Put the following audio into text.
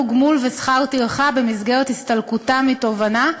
גמול ושכר טרחה במסגרת הסתלקותם מתובענה,